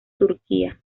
turquía